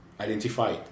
Identify